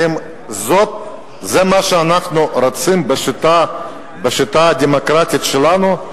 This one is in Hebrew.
האם זה מה שאנחנו רוצים בשיטה הדמוקרטית שלנו?